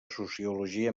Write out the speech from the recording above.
sociologia